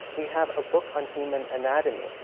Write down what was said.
we have a book on human anatomy.